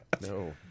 No